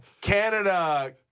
Canada